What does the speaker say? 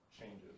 changes